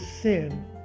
sin